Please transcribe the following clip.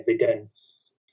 evidence